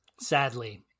sadly